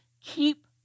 keep